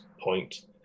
point